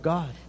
God